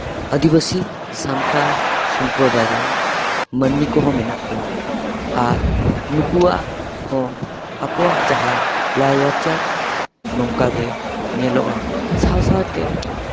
ᱟᱹᱫᱤᱵᱟᱹᱥᱤ ᱥᱟᱱᱛᱟᱞ ᱥᱚᱢᱯᱨᱚᱫᱟᱭ ᱨᱮᱱ ᱢᱟᱹᱱᱢᱤ ᱠᱚᱦᱚᱸ ᱢᱮᱱᱟᱜ ᱠᱚᱣᱟ ᱟᱨ ᱱᱩᱠᱩᱣᱟᱜ ᱦᱚᱸ ᱟᱠᱚᱣᱟᱜ ᱡᱟᱦᱟᱸ ᱞᱟᱭᱼᱞᱟᱠᱪᱟᱨ ᱱᱚᱝᱠᱟᱜᱮ ᱧᱮᱞᱚᱜᱼᱟ ᱥᱟᱣ ᱥᱟᱣᱛᱮ